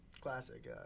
Classic